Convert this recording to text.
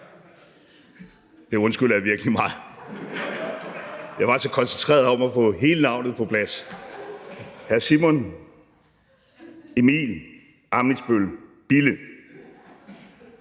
det undskylder jeg virkelig meget, jeg var så koncentreret om at få hele navnet på plads. Hr Simon Emil Ammitzbøll-Bille